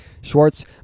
Schwartz